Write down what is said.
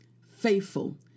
faithful